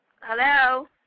Hello